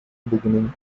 beginning